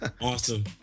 Awesome